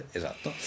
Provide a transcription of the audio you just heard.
esatto